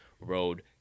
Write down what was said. road